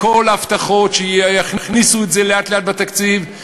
כל ההבטחות שיכניסו את זה לאט-לאט בתקציב,